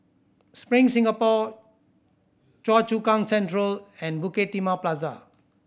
Spring Singapore Choa Chu Kang Central and Bukit Timah Plaza